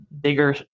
bigger